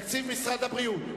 תקציב משרד הבריאות.